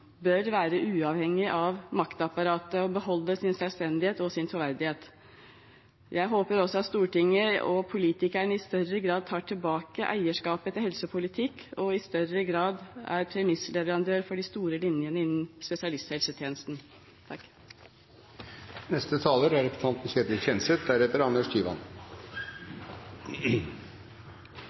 bør være uavhengig av maktapparatet og beholde sin selvstendighet og sin troverdighet. Jeg håper også at Stortinget og politikerne i større grad tar tilbake eierskapet til helsepolitikk og i større grad er premissleverandør for de store linjene innenfor spesialisthelsetjenesten.